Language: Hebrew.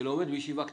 שלומד בישיבה קטנה,